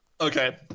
Okay